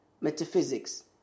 metaphysics